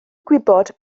gwybod